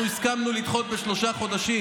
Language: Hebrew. אנחנו הסכמנו לדחות בשלושה חודשים,